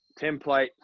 template